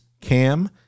Cam